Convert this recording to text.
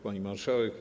Pani Marszałek!